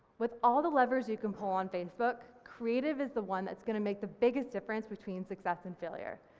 with all the levers you can pull on facebook, creative is the one that's going to make the biggest difference between success and failure.